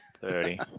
Thirty